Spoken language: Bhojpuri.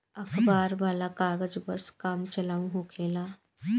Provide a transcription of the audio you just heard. अखबार वाला कागज बस काम चलाऊ होखेला